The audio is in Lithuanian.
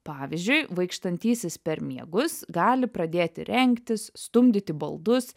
pavyzdžiui vaikštantysis per miegus gali pradėti rengtis stumdyti baldus